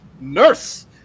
Nurse